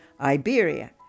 Iberia